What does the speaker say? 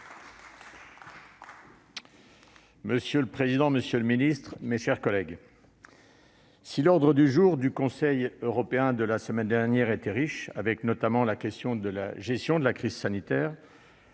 Monsieur le président, monsieur le secrétaire d'État, mes chers collègues, si l'ordre du jour du Conseil européen de la semaine dernière était riche, avec notamment la question de la gestion de la crise sanitaire,